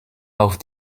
auf